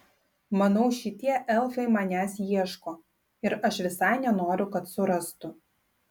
manau šitie elfai manęs ieško ir aš visai nenoriu kad surastų